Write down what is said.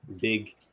big